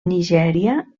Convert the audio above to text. nigèria